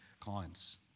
clients